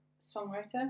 songwriter